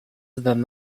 then